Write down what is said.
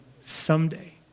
someday